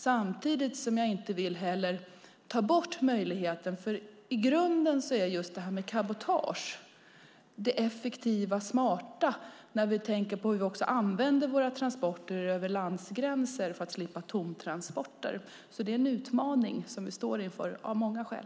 Samtidigt vill jag inte ta bort möjligheten till cabotage, för det är i grunden det effektiva och smarta sättet att använda våra transporter över landgränser för att slippa tomtransporter. Det är en utmaning som vi står inför av många skäl.